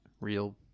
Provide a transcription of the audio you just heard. real